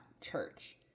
church